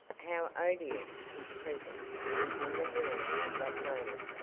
how odious his presence was in the room at that moment.